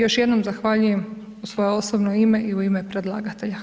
Još jednom zahvaljujem u svoje osobno ime, i u ime predlagatelja.